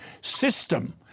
system